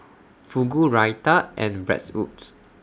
Fugu Raita and Bratwurst